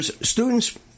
Students